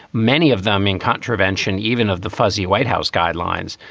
many of them in contravention even of the fuzzy white house guidelines.